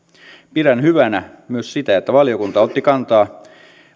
pidän hyvänä myös sitä että valiokunta otti kantaa